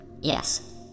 Yes